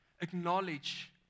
acknowledge